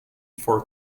for